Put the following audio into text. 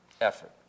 Effort